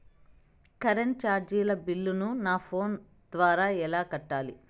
Current చార్జీల బిల్లును, నా ఫోను ద్వారా ఎలా కట్టాలి?